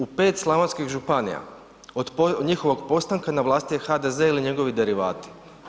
U 5 slavonskih županija, od njihovog postanka na vlasti je HDZ ili njegovi derivati.